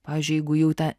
pavyzdžiui jeigu jau ta